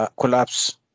collapse